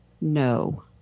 No